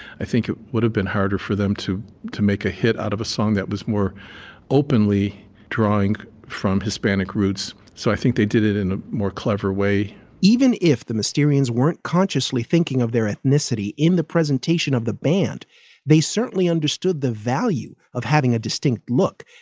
i think it would have been harder for them to to make a hit out of a song that was more openly drawing from hispanic roots. so i think they did it in a more clever way even if the mysterious weren't consciously thinking of their ethnicity in the presentation of the band they certainly understood the value of having a distinct look.